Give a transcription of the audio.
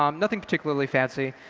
um nothing particularly fancy.